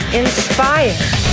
inspired